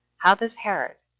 how this herod,